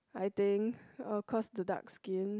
I think uh cause the dark skin